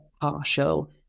partial